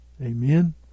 Amen